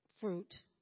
Fruit